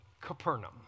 capernaum